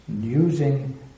using